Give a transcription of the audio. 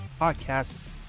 podcast